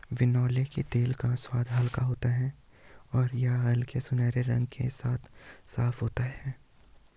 बिनौले के तेल का स्वाद हल्का होता है और यह हल्के सुनहरे रंग के साथ साफ होता है